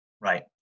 Right